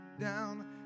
down